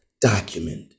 document